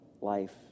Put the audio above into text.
life